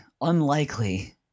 unlikely